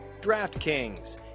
DraftKings